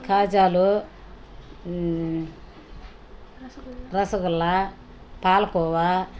కాజాలు రసగుల్ల పాలకోవ